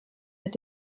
mit